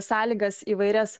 sąlygas įvairias